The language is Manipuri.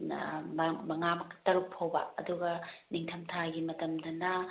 ꯇꯔꯨꯛ ꯐꯥꯎꯕ ꯑꯗꯨꯒ ꯅꯤꯡꯊꯝ ꯊꯥꯒꯤ ꯃꯇꯝꯗꯅ